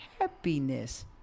happiness